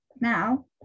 now